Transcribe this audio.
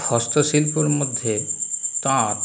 হস্তশিল্পর মধ্যে তাঁত